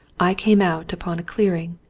i came out upon a clearing.